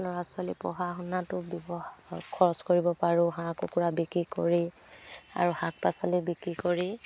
ল'ৰা ছোৱালী পঢ়া শুনাটো ব্যৱা খৰচ কৰিব পাৰোঁ হাঁহ কুকুৰা বিক্ৰী কৰি আৰু শাক পাচলি বিক্ৰী কৰি